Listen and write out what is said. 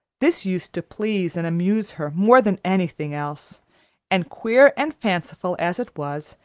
this used to please and amuse her more than anything else and queer and fanciful as it was,